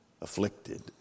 afflicted